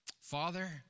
Father